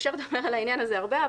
אפשר לדבר על העניין הזה הרבה.